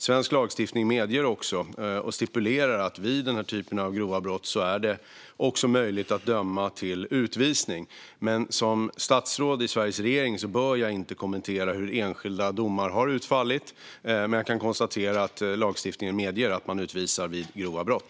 Svensk lagstiftning medger och stipulerar att det vid denna typ av grova brott också är möjligt att döma till utvisning. Som statsråd i Sveriges regering bör jag inte kommentera hur enskilda domar har utfallit, men jag kan konstatera att lagstiftningen medger att man utvisar vid grova brott.